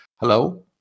hello